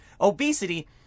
obesity